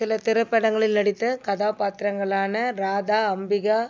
சில திரைப்படங்களில் நடித்த கதாப்பாத்திரங்களான ராதா அம்பிகா